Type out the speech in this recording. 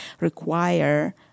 require